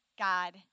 God